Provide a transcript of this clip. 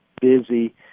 busy